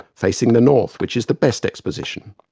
facing the north which is the best exposition'.